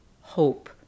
hope